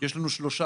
יש לנו שלושה,